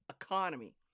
economy